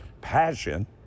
passion